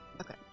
Okay